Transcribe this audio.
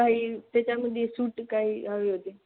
काही त्याच्यामध्ये सूट काही हवी होते